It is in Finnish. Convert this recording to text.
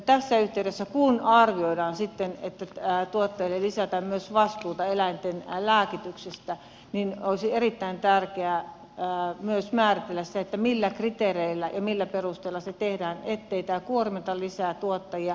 tässä yhteydessä kun arvioidaan sitten että tuottajille lisätään myös vastuuta eläinten lääkityksestä olisi erittäin tärkeää määritellä myös se millä kriteereillä ja millä perusteella se tehdään ettei tämä kuormita lisää tuottajia